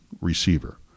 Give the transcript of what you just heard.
receiver